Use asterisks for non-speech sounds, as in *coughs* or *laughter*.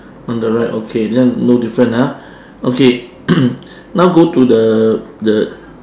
on the right okay then no different ah okay *coughs* now go to the the